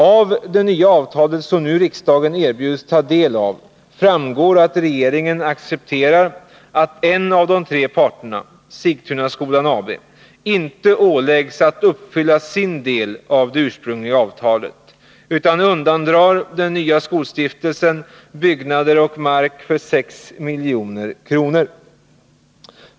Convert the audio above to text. Av det nya avtalet, som riksdagen nu erbjuds ta del av, framgår att regeringen accepterar att en av de tre parterna, Sigtunaskolans AB, inte åläggs att uppfylla sin del av det ursprungliga avtalet utan undandrar den nya stiftelsen byggnader och mark för 6 milj.kr.